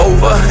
Over